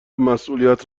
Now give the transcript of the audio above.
مسئولیت